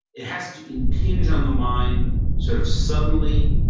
it has to impinge on the mind sort of suddenly,